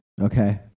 Okay